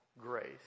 grace